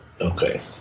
Okay